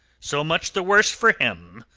so much the worse for him.